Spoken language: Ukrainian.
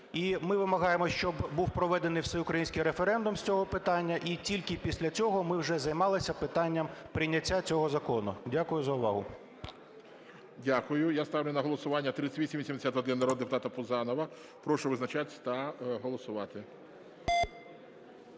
І ми вимагаємо, щоб був проведений всеукраїнський референдум з цього питання, і тільки після цього ми вже займалися питанням прийняття цього закону. Дякую за увагу. ГОЛОВУЮЧИЙ. Дякую. Я ставлю на голосування 3881 народного депутата Пузанова. Прошу визначатися та голосувати.